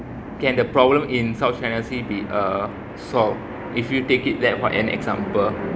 can the problem in south china sea be uh solved if you take it that what an example